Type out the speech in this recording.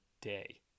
day